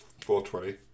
420